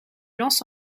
lance